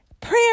prayer